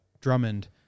Drummond